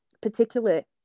particularly